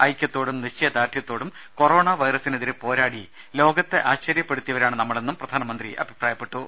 ഐക്യത്തോടും നിശ്ചയദാർഢ്യത്തോടും കൊറോണ വൈറസിനെതിരെ പോരാടി ലോകത്തെ ആശ്ചര്യപ്പെടുത്തിയവരാണ് നമ്മളെന്നും പ്രധാനമന്ത്രി അഭിപ്രായപ്പെട്ടു